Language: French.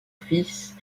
fils